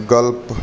ਗਲਪ